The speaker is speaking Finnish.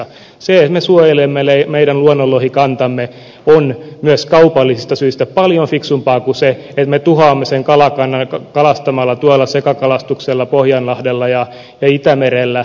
se että me suojelemme meidän luonnonlohikantamme on myös kaupallisista syistä paljon fiksumpaa kuin se että me tuhoamme sen kalakannan kalastamalla sekakalastuksella pohjanlahdella ja itämerellä